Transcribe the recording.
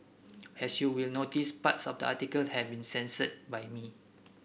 as you will notice parts of the article have been censored by me